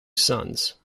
sons